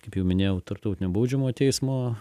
kaip jau minėjau tarptautinio baudžiamo teismo